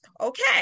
okay